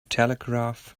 telegraph